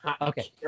Okay